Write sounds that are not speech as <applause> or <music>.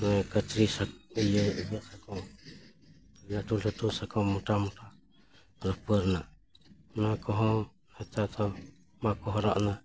ᱚᱱᱮ ᱠᱟᱹᱛᱨᱤ <unintelligible> ᱤᱭᱟᱹ ᱛᱟᱠᱚ ᱞᱟᱹᱴᱩᱼᱞᱟᱴᱩ ᱥᱟᱠᱚᱢ ᱢᱚᱴᱟᱼᱢᱚᱴᱟ ᱨᱩᱯᱟᱹ ᱨᱮᱱᱟᱜ ᱚᱱᱟ ᱠᱚᱦᱚᱸ ᱱᱮᱛᱟᱨ ᱫᱚ ᱵᱟᱠᱚ ᱦᱚᱨᱚᱜ ᱫᱟ